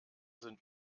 sind